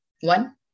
one